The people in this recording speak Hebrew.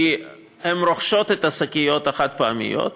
כי הן רוכשות את השקיות החד-פעמיות,